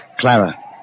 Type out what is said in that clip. Clara